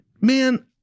man